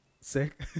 sick